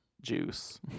juice